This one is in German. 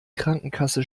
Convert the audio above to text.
krankenkasse